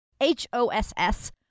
H-O-S-S